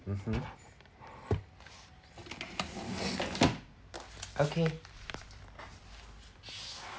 mmhmm okay